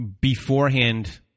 beforehand